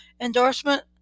endorsement